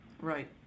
Right